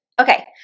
Okay